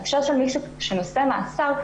מי שנושא מאסר,